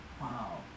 Wow